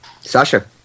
Sasha